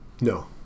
No